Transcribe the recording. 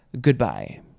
Goodbye